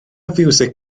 fiwsig